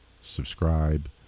subscribe